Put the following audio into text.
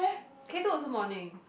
K-two also morning